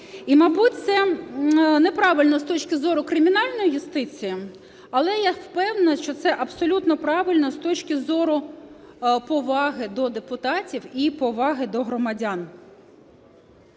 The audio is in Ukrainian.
І, мабуть, це не правильно з точки зору кримінальної юстиції, але я впевнена, що це абсолютно правильно з точки зору поваги до депутатів і поваги до громадян.